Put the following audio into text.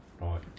Right